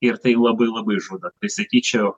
ir tai labai labai žudo tai sakyčiau